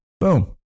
Boom